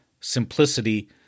simplicity